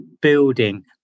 building